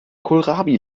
kohlrabi